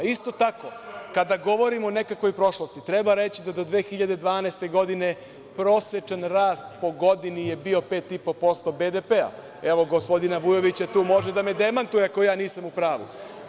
Isto tako, kada govorimo o nekakvoj prošlosti, treba reći da do 2012. godine prosečan rast po godini je bio 5,5% BDP-a, evo gospodina Vujovića, tu može da me demantuje, ako ja nisam u pravu.